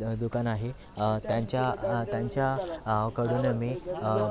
the दुकान आहे त्यांच्या त्यांच्या कडून मी